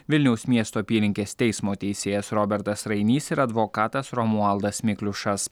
vilniaus miesto apylinkės teismo teisėjas robertas rainys ir advokatas romualdas mikliušas